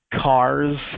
cars